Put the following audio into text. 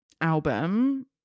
album